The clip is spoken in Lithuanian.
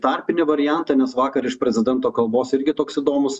tarpinį variantą nes vakar iš prezidento kalbos irgi toks įdomus